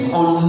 on